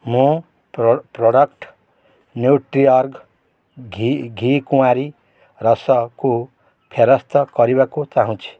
ମୁଁ product Nutriorg ଘିକୁଆଁରୀ ରସକୁ ଫେରସ୍ତ କରିବାକୁ ଚାହୁଁଛି